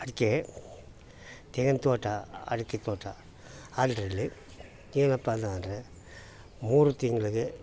ಅಡಿಕೆ ತೆಂಗಿನ ತೋಟ ಅಡಿಕೆ ತೋಟ ಅದರಲ್ಲಿ ಏನಪ್ಪ ಅಂತಂದರೆ ಮೂರು ತಿಂಗ್ಳಿಗೆ